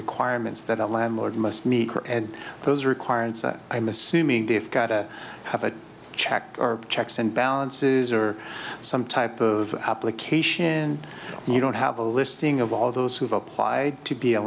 requirements that a landlord must meet her and those requirements i'm assuming they've got to have a check or checks and balances or some type of application and you don't have a listing of all those who've applied to be a